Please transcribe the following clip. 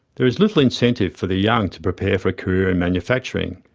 there is little incentive for the young to prepare for a career in manufacturing.